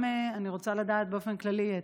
אני רוצה לדעת באופן כללי,